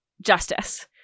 justice